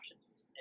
options